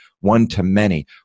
one-to-many